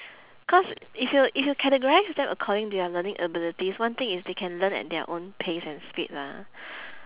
cause if you if you categorise them according to their learning abilities one thing is they can learn at their own pace and speed lah